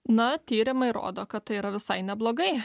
na tyrimai rodo kad tai yra visai neblogai